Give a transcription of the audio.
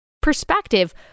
perspective